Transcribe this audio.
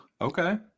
Okay